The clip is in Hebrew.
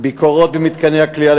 ביקורות במתקני הכליאה,